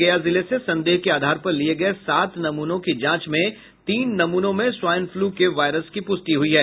गया जिले से संदेह के आधार पर लिये गये सात नमूनों की जांच में तीन नमूनों में स्वाईन फ्लू के वायरस की पुष्टि हुई है